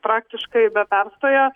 praktiškai be perstojo